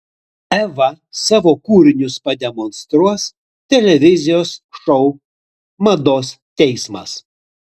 eva savo kūrinius pademonstruos televizijos šou mados teismas